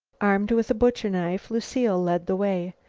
armed with the butcher knife, lucile led the way.